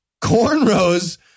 Cornrows